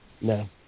No